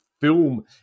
film